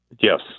Yes